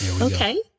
okay